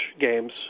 games